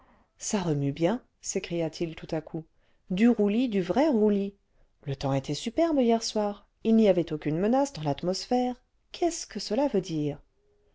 ça remue bien sëcria t il tout à coup du roulis du vrai roulis le temps était superbe hier soir il n'y avait aucune menace dans l'atmosphère qu'est-ce que ça veut dire